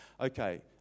okay